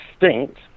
extinct